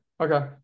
Okay